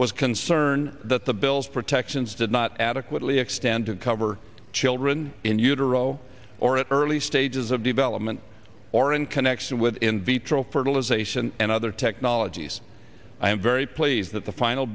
was concern that the bill's protections did not adequately extend to cover children in utero or at early stages of development or in connection with in vitro fertilization and other technologies i am very pleased that the final